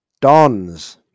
Dons